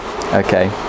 okay